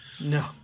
No